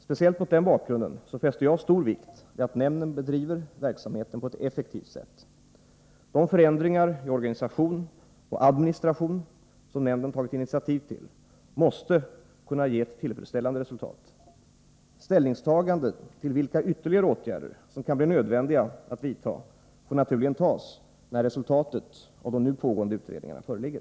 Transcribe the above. Speciellt mot den bakgrunden fäster jag stor vikt vid att nämnden bedriver verksamheten på ett effektivt sätt. De förändringar i organisation och administration som nämnden tagit initiativ till måste kunna ge ett tillfredsställande resultat. Ställningstagande till vilka ytterligare åtgärder som kan bli nödvändiga att vidta får naturligen göras när resultatet av de nu pågående utredningarna föreligger.